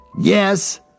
Yes